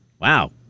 Wow